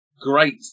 great